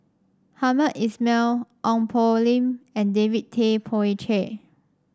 Hamed Ismail Ong Poh Lim and David Tay Poey Cher